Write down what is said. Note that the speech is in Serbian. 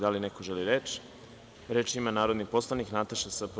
Da li neko želi reč? (Da) Reč ima narodni poslanik Nataša Sp.